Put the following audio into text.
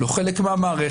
לא חלק מהמערכת,